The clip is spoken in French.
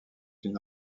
une